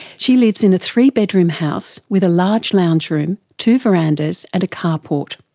she lives in a three-bedroom house, with a large lounge room, two verandas and a car port.